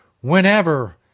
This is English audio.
Whenever